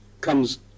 comes